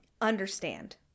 understand